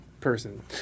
person